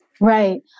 Right